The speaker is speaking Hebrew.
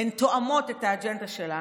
הן תואמות את האג'נדה שלנו,